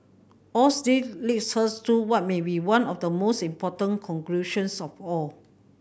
all leads us to what may be one of the most important conclusions of all